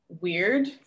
weird